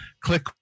Click